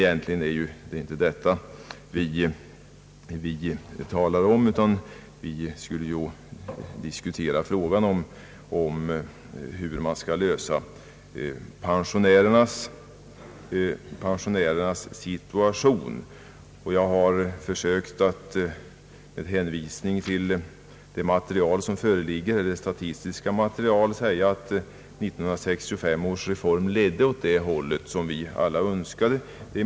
Egentligen är det dock inte detta vi skulle diskutera, utan frågan hur pensionärernas situation skall kunna förbättras. Jag har med hänvisning till det föreliggande statistiska materialet sagt, att 1965 års reform var ett steg i den riktning vi alla önskade.